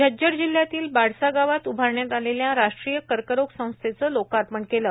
झज्जर जिल्ह्यातील बाडसा गावात उभारण्यात आलेल्या राष्ट्रीय कर्करोग संस्थेचं लोकार्पण केलं